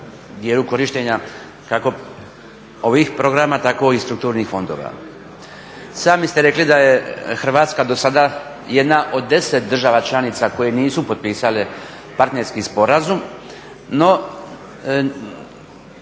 dijelu korištenja kako ovih programa tako i strukturnih fondova. Sami ste rekli da je Hrvatska do sada jedna od 10 država članica koje nisu potpisale partnerski sporazum no